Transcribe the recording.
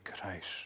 Christ